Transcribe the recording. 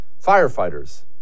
Firefighters